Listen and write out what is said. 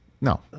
No